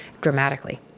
dramatically